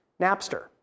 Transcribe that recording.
Napster